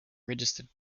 registered